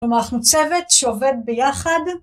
שאנחנו צוות שעובד ביחד